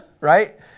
right